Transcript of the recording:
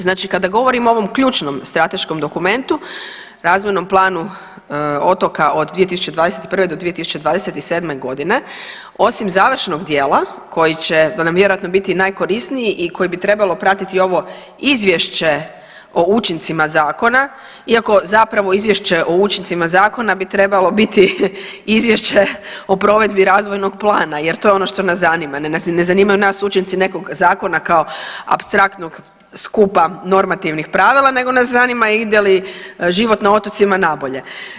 Znači kada govorimo o ovom ključnom strateškom dokumentu, razvojnom planu otoka od 2021. do 2027. godine osim završnog dijela koji će nam vjerojatno biti i najkorisniji i koji bi trebalo pratiti ovo izvješće o učincima zakona, iako zapravo izvješće o učincima zakona bi trebalo biti izvješće o provedbi razvojnog plana jer to je ono što nas zanima, ne zanimaju nas učinci nekog zakona kao apstraktnog skupa normativnih pravila nego nas zanima ide li život na otocima nabolje.